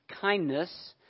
kindness